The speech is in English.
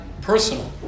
personal